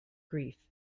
grief